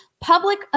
public